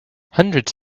hundreds